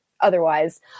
otherwise